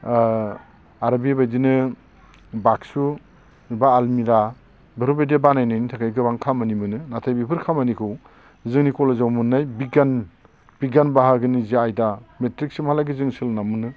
ओ आरो बे बायदिनो बागसु बा आलमिरा बेफोरबायदि बानायनायनि थाखाय गोबां खामानि मोनो नाथाय बेफोर खामानिखौ जों कलेजाव मोननाय बिगियान बिगियान बाहागोनि जाय आयदा मेट्रिकसिमहालागै जों सोलोंनानै मोन्दों